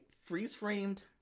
freeze-framed